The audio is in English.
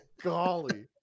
Golly